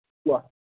কোৱা